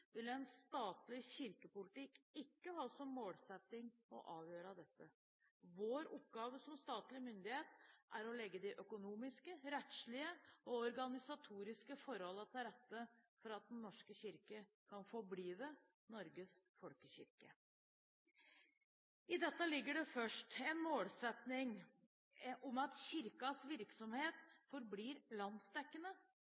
vil en statlig kirkepolitikk ikke ha som målsetting å avgjøre dette. Vår oppgave som statlig myndighet er å legge de økonomiske, rettslige og organisatoriske forholdene til rette for at Den norske kirke kan «forblive» Norges folkekirke. I dette ligger en målsetting om at